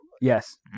Yes